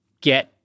get